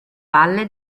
valle